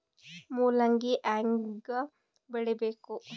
ಮೂಲಂಗಿ ಹ್ಯಾಂಗ ಬೆಳಿಬೇಕು?